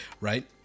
right